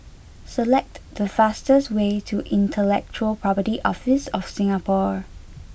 select the fastest way to Intellectual Property Office of Singapore